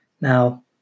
Now